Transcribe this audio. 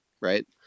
Right